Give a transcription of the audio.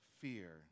fear